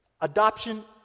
adoption